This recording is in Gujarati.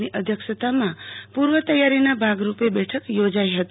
ની અધ્યક્ષતામાં પૂર્વ તૈયારીના ભાગરૂપે બેઠક યોજાઇ હતી